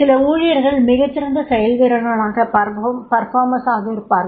சில ஊழியர்கள் மிகச் சிறந்த செயல்வீரர்களாக இருப்பர்